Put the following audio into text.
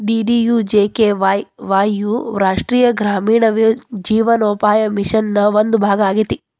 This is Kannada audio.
ಡಿ.ಡಿ.ಯು.ಜಿ.ಕೆ.ವೈ ವಾಯ್ ಯು ರಾಷ್ಟ್ರೇಯ ಗ್ರಾಮೇಣ ಜೇವನೋಪಾಯ ಮಿಷನ್ ನ ಒಂದು ಭಾಗ ಆಗೇತಿ